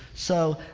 so,